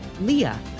leah